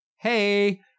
hey